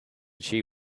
she